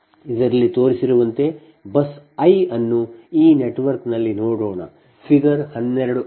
ಇದರಲ್ಲಿ ತೋರಿಸಿರುವಂತೆ ಬಸ್ iಐ ಅನ್ನು ಈ ನೆಟ್ವರ್ಕ್ನಲ್ಲಿ ನೋಡೋಣ ಫಿಗರ್ 12 ಆಗಿದೆ